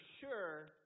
sure